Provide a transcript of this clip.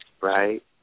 right